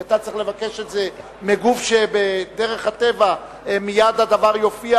כי אתה צריך לבקש את זה מגוף שבדרך הטבע מייד הדבר יופיע,